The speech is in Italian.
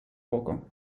poco